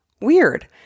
weird